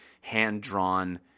hand-drawn